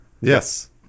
Yes